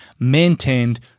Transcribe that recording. maintained